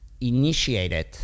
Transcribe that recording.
initiated